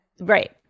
right